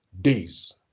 days